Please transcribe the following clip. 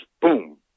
boom